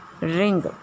ring